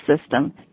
system